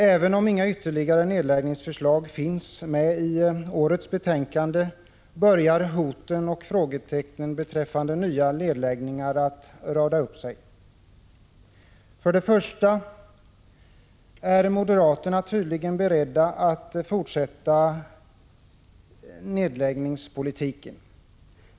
Även om inga ytterligare nedläggningsförslag finns med i årets betänkande börjar hoten och frågetecknen beträffande nya nedläggningar att rada upp sig. För det första: Moderaterna är tydligen beredda att fortsätta nedläggningspolitiken.